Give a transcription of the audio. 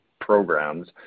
programs